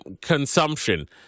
consumption